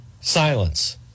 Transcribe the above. Silence